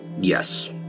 Yes